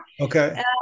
Okay